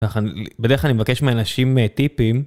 בדרך כלל אני מבקש מאנשים טיפים